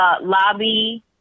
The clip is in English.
lobby